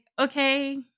Okay